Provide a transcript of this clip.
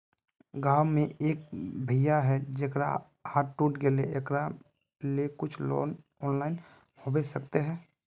गाँव में एक भैया है जेकरा हाथ टूट गले एकरा ले कुछ ऑनलाइन होबे सकते है?